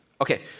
Okay